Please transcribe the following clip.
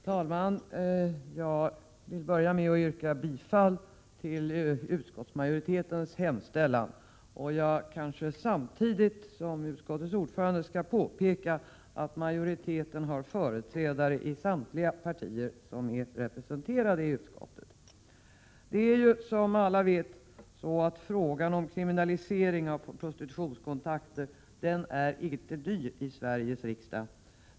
Herr talman! Jag vill börja med att yrka bifall till utskottsmajoritetens hemställan, och jag kanske samtidigt som utskottets ordförande skall påpeka att majoriteten har företrädare för samtliga partier som är representerade i utskottet. Frågan om kriminalisering av prostitutionskontakter är, som alla vet, inte ny i Sveriges riksdag.